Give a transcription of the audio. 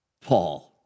Paul